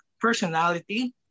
personality